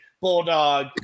Bulldog